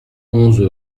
onze